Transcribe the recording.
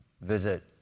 visit